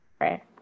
right